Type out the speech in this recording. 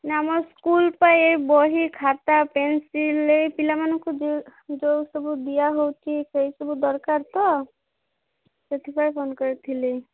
ନାଁ ଆମ ସ୍କୁଲ୍ ପାଇଁ ବହି ଖାତା ପେନସିଲ୍ ଏହି ପିଲାମାନଙ୍କୁ ଯେଉଁ ଯେଉଁ ସବୁ ଦିଆ ହେଉଛି ସେହିସବୁ ଦରକାର ତ ସେଥିପାଇଁ ଫୋନ୍ କରିଥିଲି